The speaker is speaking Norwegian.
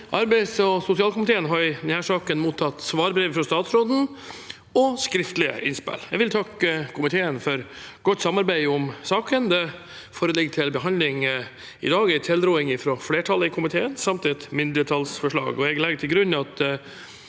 Arbeids- og sosialkomiteen har i denne saken mottatt svarbrev fra statsråden og skriftlige innspill. Jeg vil takke komiteen for godt samarbeid om saken. Det ligger til behandling i dag en tilråding fra flertallet i komiteen samt et mindretallsforslag. Jeg legger til grunn at